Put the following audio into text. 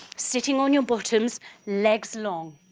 sitting on your bottoms legs long,